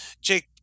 Jake